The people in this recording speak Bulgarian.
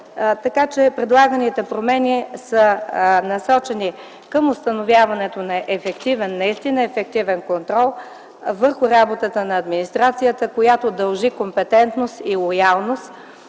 Така че предлаганите промени са насочени към установяване на ефективен, наистина ефективен контрол върху работата на администрацията, която дължи компетентност и лоялност